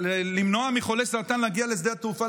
למנוע מחולה סרטן להגיע לשדה התעופה,